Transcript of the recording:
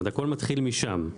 הכול מתחיל משם.